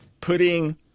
putting